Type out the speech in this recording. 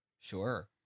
sure